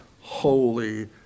holy